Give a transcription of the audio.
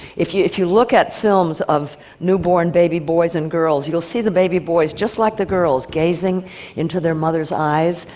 if you if you look at films of newborn baby boys and girls, you'll see the baby boys just like the girls, gazing into their mother's eyes,